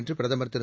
என்று பிரதமர் திரு